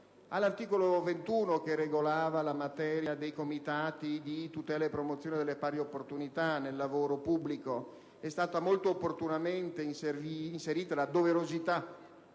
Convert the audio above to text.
All'articolo 21, che regolava la materia dei comitati di tutela e promozione delle pari opportunità nel lavoro pubblico, è stata molto opportunamente inserita la doverosità